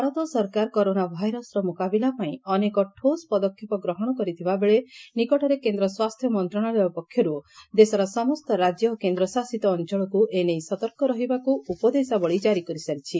ଭାରତ ସରକାର କରୋନା ଭାଇରସ୍ର ମୁକାବିଲା ପାଇଁ ଅନେକ ଠୋସ୍ ପଦକ୍ଷେପ ଗ୍ରହଣ କରିଥିବାବେଳେ ନିକଟରେ କେନ୍ଦ୍ ସ୍ୱାସ୍ଥ୍ୟ ମନ୍ତଶାଳୟ ପକ୍ଷରୁ ଦେଶର ସମସ୍ତ ରାଜ୍ୟ ଓ କେନ୍ଦ୍ରଶାସିତ ଅଞ୍ଚଳକୁ ଏନେଇ ସତର୍କ ରହିବାକୁ ଉପଦେଶାବଳୀ କରିସାରିଛି